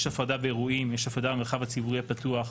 יש הפרדה באירועים, יש הפרדה במרחב הציבורי הפתוח,